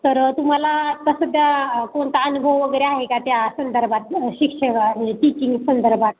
तर तुम्हाला आता सध्या कोणता अनुभव वगैरे आहे का त्या संदर्भात शिक्षक टीचिंग संदर्भात